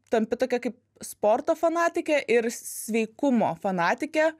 tampi tokia kaip sporto fanatikė ir sveikumo fanatike